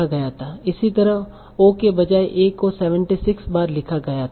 इसी तरह o के बजाय a को 76 बार लिखा गया था